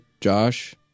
Josh